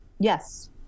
yes